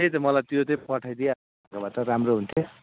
त्यही त मलाई त्यो त्यही पठाइदिई भए त राम्रो हुन्थ्यो